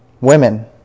Women